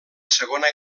segona